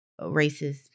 racist